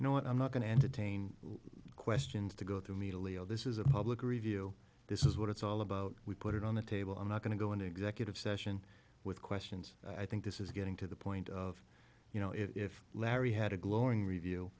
no i'm not going to entertain questions to go through all this is a public review this is what it's all about we put it on the table i'm not going to go into executive session with questions i think this is getting to the point of you know if larry had a glowing review